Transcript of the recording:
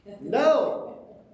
No